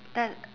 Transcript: that